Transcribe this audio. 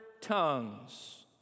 tongues